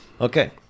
Okay